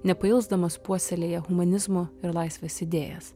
nepailsdamas puoselėja humanizmo ir laisvės idėjas